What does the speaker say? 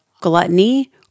gluttony